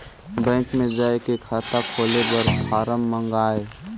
Bank मे जाय के खाता खोले बर फारम मंगाय?